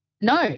No